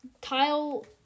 Tile